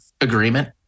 agreement